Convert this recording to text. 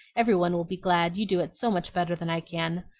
every one will be glad, you do it so much better than i can.